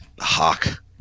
Hawk